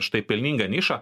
štai pelningą nišą